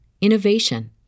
innovation